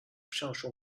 上述